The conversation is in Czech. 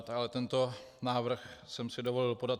Ale tento návrh jsem si dovolil podat.